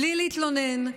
בלי להתלונן,